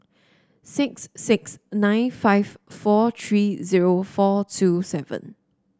six six nine five four three zero four two seven